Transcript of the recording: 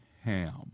Ham